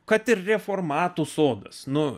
kad ir reformatų sodas na